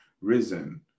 risen